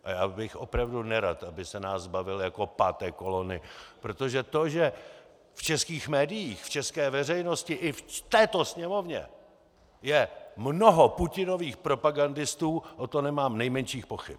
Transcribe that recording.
A já bych opravdu nerad, aby se nás zbavil jako páté kolony, protože to, že v českých médiích, v české veřejnosti i v této Sněmovně je mnoho Putinových propagandistů, o tom nemám nejmenších pochyb.